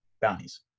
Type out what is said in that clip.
bounties